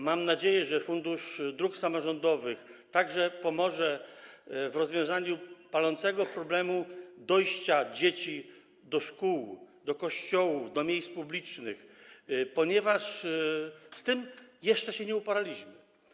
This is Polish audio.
Mam nadzieję, że Fundusz Dróg Samorządowych także pomoże w rozwiązaniu palącego problemu dojścia dzieci do szkół, do kościołów, do miejsc publicznych, ponieważ z tym jeszcze się nie uporaliśmy.